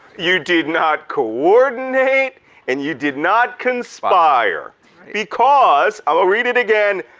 you did not coordinate and you did not conspire because, i'll read it again,